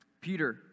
Peter